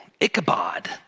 Ichabod